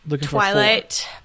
Twilight